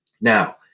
Now